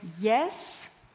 yes